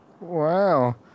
Wow